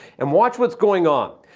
and watch what's going on.